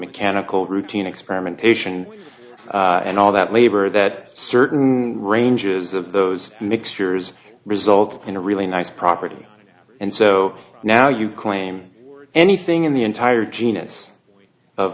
mechanical routine experimentation and all that labor that certain ranges of those mixtures result in a really nice property and so now you claim anything in the entire genus of